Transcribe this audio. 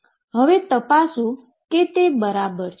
હવે તપાસો કે તે બરાબર છે